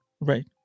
Right